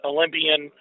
Olympian